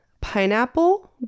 pineapple